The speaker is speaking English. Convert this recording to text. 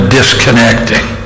disconnecting